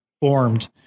formed